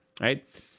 right